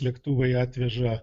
lėktuvai atveža